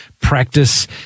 practice